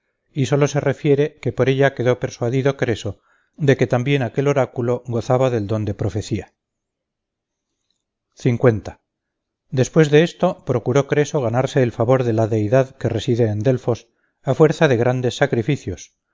y solo se refiere que por ella quedó persuadido creso de que también aquel oráculo gozaba del don de profecía después de esto procuró creso ganarse el favor de la deidad que reside en delfos a fuerza de grandes sacrificios